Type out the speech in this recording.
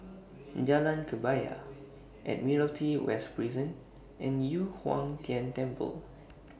Jalan Kebaya Admiralty West Prison and Yu Huang Tian Temple